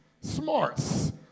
smarts